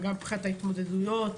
גם מבחינת ההתמודדויות,